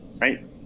right